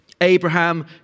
Abraham